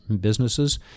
businesses